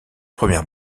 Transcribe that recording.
première